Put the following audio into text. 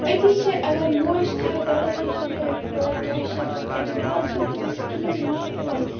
أتی چھِ اَگر موج تھایہِ گۄڈَے ہیٚچھنٲوِتھ کوٗرِ کیٛاہ چھُے ژےٚ کَرُن پَتہٕ چھِنہٕ تٔمِس کِہیٖنۍ مُشکِلٕے